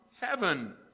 heaven